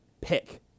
pick